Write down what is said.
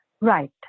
Right